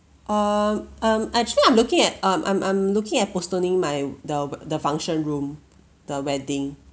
um um actually I'm looking at um I'm I'm looking at postponing my the the function room the wedding